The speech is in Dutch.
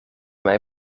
mij